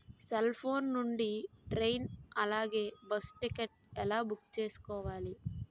Cell phone నుండి train అలాగే bus ticket ఎలా బుక్ చేసుకోవాలి?